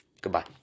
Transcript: Goodbye